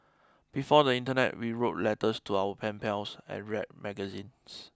before the internet we wrote letters to our pen pals and read magazines